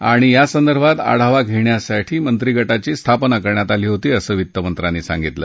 आणि यासंदर्भात आढावा घख्वासाठी मंत्रिगटाची स्थापना करण्यात आली होती असं वित्तमंत्र्यांनी सांगितलं